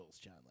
John